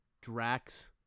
drax